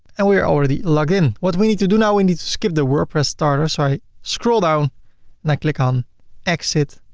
and we are already logged in. what we need to do now, we need to skip the wordpress starter. so i scroll down and i click on exit,